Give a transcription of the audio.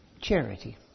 charity